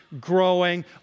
growing